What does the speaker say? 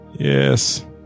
Yes